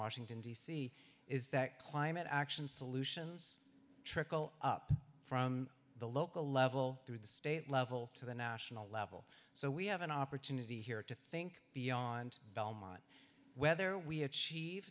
washington d c is that climate action solutions trickle up from the local level through the state level to the national level so we have an opportunity here to think beyond belmont whether we achieve